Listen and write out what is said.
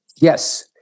Yes